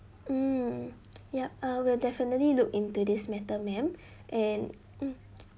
mm yup uh we'll definitely look into this matter madam and mm